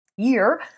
Year